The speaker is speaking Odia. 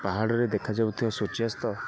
ପାହାଡ଼ରେ ଦେଖାଯାଉଥିବା ସୂର୍ଯ୍ୟାସ୍ତ